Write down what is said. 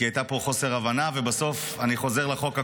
כי היה פה חוסר הבנה ובסוף אני חוזר לחוק הקודם.